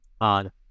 on